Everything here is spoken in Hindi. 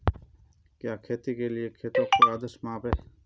क्या खेती के लिए खेतों का कोई आदर्श माप है?